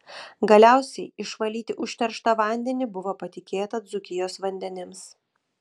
galiausiai išvalyti užterštą vandenį buvo patikėta dzūkijos vandenims